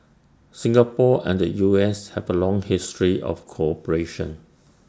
Singapore and the U S have A long history of cooperation